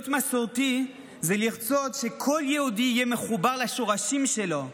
להיות מסורתי זה לרצות שכל יהודי יהיה מחובר לשורשים שלו,